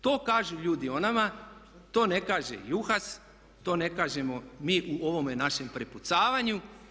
To kažu ljudi o nama, to ne kaže Juhas, to ne kažemo mi u ovome našem prepucavanju.